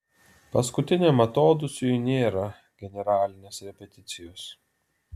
paskutiniam atodūsiui nėra generalinės repeticijos